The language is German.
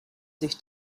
sich